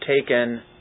taken